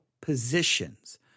positions